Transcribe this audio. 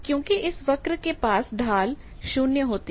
क्योंकि इस वक्र के पास ढाल 0 होती है